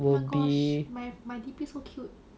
will be